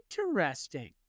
Interesting